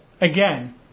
again